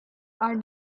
are